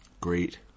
Great